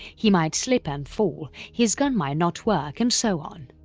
he might slip and fall, his gun might not work and so on.